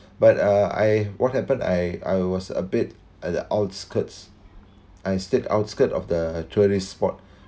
but uh I what happened I I was a bit at the outskirts I stayed outskirt of the tourist spot